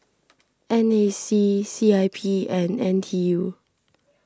N A C C I P and N T U